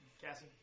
Cassie